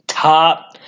Top